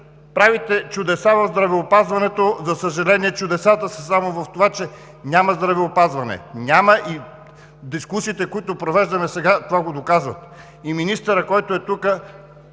правите чудеса в здравеопазването – за съжаление, чудесата само в това, че няма здравеопазване. Няма! И дискусиите, които провеждаме сега, го доказват. Министърът, който е тук,